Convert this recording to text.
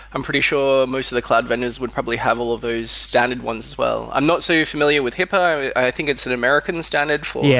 i'm pretty sure most of the cloud vendors would probably have all of those standard ones. well, i'm not so familiar with hipaa. i think it's an american standard for yeah